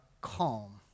calm